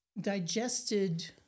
digested